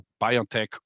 biotech